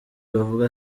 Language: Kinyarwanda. bavuga